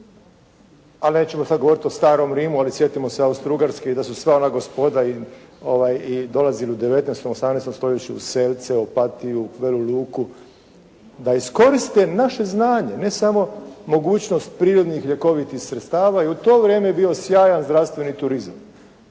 ali nećemo sada govoriti o starom Rimu, ali sjetimo se Austro-ugarske i da su sva ona gospoda i dolazili u 19. 18. stoljeću u Selce, Opatiju, Velu luku da iskoriste naše znanje, ne samo mogućnost prirodnih ljekovitih stredstava i u to vrijeme je bio sjajan zdravstveni turizam,